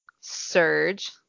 Surge